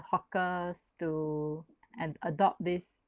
hawkers to an~ adopt this